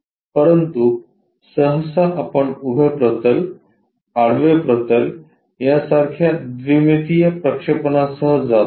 परंतु सहसा आपण उभे प्रतल आडवे प्रतल या सारख्या द्विमितीय प्रक्षेपणासह जातो